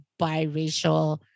biracial